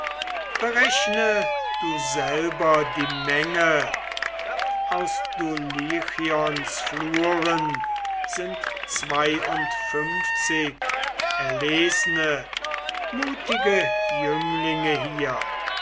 berechne du selber die menge aus dulichions fluren sind zweiundfünfzig erlesne mutige jünglinge hier